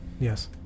Yes